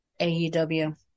AEW